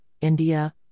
India